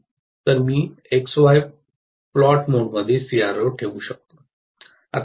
तर मी X Y plot मोडमध्ये सीआरओ ठेवू